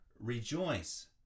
rejoice